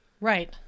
right